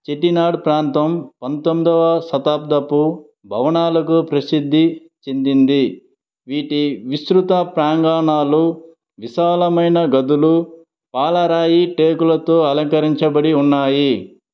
చెట్టినాడ్ ప్రాంతం పంతొమ్మిదవ శతాబ్దపు భవనాలకు ప్రసిద్ధి చెందింది వీటి విస్తృత ప్రాంగణాలు విశాలమైన గదులు పాలరాయి టేకులతో అలంకరించబడి ఉన్నాయి